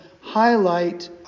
highlight